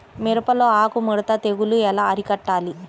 మిరపలో ఆకు ముడత తెగులు ఎలా అరికట్టాలి?